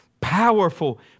powerful